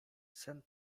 sen